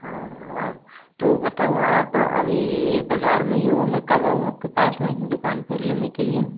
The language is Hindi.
हाँ हाँ तो बताओ आप अभी बजार में ही हो मैं कब आऊं आप के पास में दुकान पे लेने के लिए